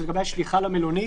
זה לגבי השליחה למלונית.